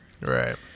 Right